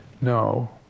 No